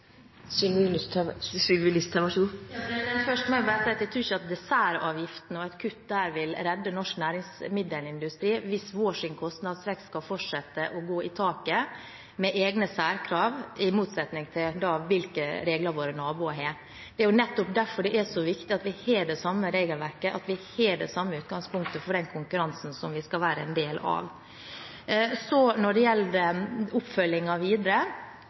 Først må jeg bare si at jeg tror ikke at et kutt i de særavgiftene vil redde norsk næringsmiddelindustri hvis vår kostnadsvekst skal fortsette å gå i taket med egne særkrav, i motsetning til hvilke regler våre naboer har. Det er jo nettopp derfor det er så viktig at vi har det samme regelverket, at vi har det samme utgangspunktet for den konkurransen som vi skal være en del av. Når det gjelder oppfølgingen videre,